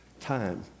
time